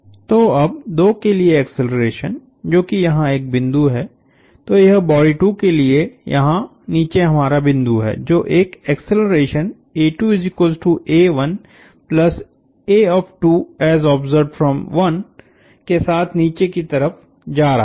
तो अब 2 के लिए एक्सेलरेशन जो की यहाँ एक बिंदु है तो यह बॉडी 2 के लिए यहाँ नीचे हमारा बिंदु है जो एक एक्सेलरेशनके साथ नीचे की तरफ जा रहा है